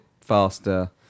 faster